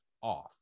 off